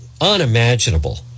unimaginable